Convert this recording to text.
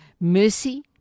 mercy